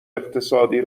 اقتصادی